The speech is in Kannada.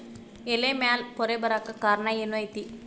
ಎಲೆ ಮ್ಯಾಲ್ ಪೊರೆ ಬರಾಕ್ ಕಾರಣ ಏನು ಐತಿ?